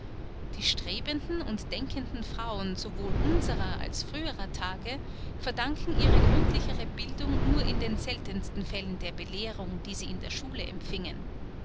die strebenden und denkenden frauen sowohl unsrer als früherer tage verdanken ihre gründlichere bildung nur in den seltensten fällen der belehrung die sie in der schule empfingen